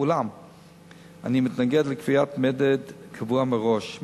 אולם אני מתנגד לקביעת מדד קבוע מראש.